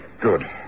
Good